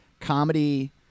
comedy